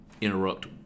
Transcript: interrupt